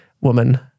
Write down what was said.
woman